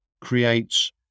creates